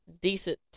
decent